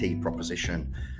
proposition